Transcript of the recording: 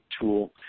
tool